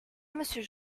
monsieur